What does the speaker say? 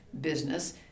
business